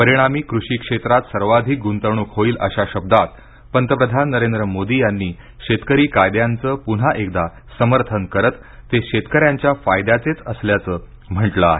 परिणामी कृषी क्षेत्रात सर्वाधिक गुंतवणूक होईल अशा शब्दात पंतप्रधान नरेंद्र मोदी यांनी शेतकरी कायद्यांचं पुन्हा एकदा समर्थन करत ते शेतकऱ्यांच्या फायद्याचेच असल्याचं म्हटलं आहे